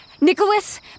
Nicholas